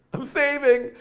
i'm saving!